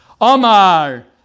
Omar